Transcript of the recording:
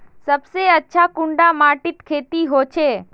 सबसे अच्छा कुंडा माटित खेती होचे?